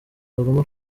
bagomba